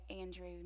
Andrew